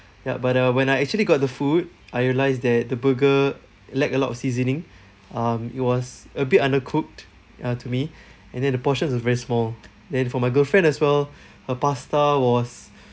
yup but uh when I actually got the food I realised that the burger lacked a lot of seasoning um it was a bit undercooked uh to me and then the portion is very small then for my girlfriend as well her pasta was